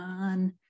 on